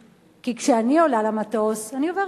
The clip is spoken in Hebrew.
כמו: "אני אשלח משאית נוספת",